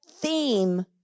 theme